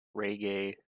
reggae